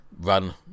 run